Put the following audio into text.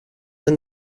der